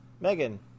Megan